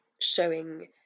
showing